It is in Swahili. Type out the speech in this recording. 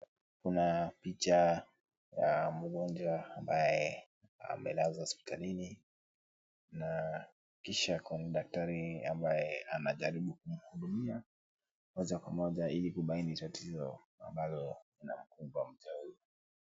Kuna picha ya mgonjwa ambaye amelazwa hospitalini na kisha kuna daktari ambaye anajaribu kumhudumia moja kwa moja ili kubaini ni tatizo ambalo linamkumba mtu huyu.